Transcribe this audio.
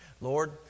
Lord